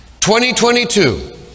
2022